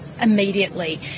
immediately